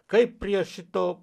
kaip prie šito